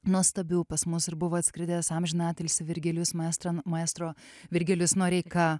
nuostabių pas mus ir buvo atskridęs amžiną atilsį virgilijus maestro maestro virgilijus noreika